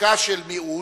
עתיקה של מיעוט,